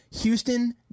Houston